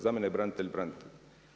Za mene je branitelj, branitelj.